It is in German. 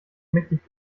mächtig